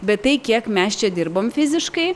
bet tai kiek mes čia dirbom fiziškai